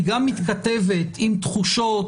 היא גם מתכתבת עם תחושות,